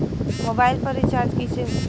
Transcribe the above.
Mobile पर recharge कैसे होखी?